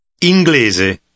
Inglese